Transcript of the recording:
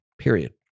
period